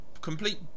complete